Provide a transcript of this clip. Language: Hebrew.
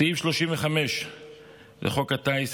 סעיף 35 לחוק הטיס,